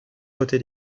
côté